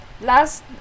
Last